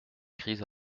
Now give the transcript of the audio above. crise